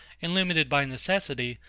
and limited by necessity,